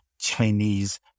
Chinese